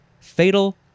fatal